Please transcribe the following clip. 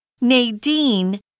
Nadine